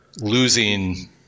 losing